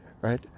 right